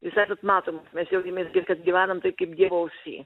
jūs esat matomos mes džiaugėmės gi kad gyvenam taip kaip dievo ausy